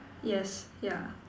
yes yeah